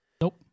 nope